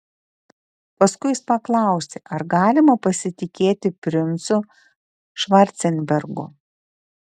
paskui jis paklausė ar galima pasitikėti princu švarcenbergu